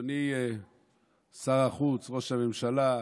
אדוני שר החוץ, ראש הממשלה,